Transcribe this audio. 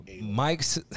Mike's